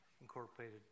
incorporated